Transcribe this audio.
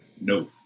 No